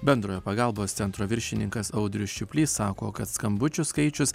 bendrojo pagalbos centro viršininkas audrius čiuplys sako kad skambučių skaičius